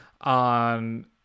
on